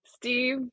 Steve